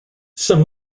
some